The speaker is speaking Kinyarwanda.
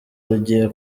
rugiye